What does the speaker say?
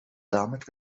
damit